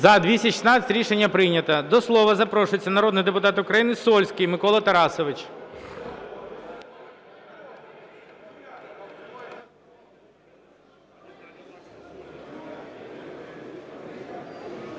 За-216 Рішення прийнято. До слова запрошується народний депутат України Сольський Микола Тарасович.